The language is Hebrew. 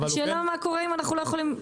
השאלה מה קורה אם אנחנו לא יכולים.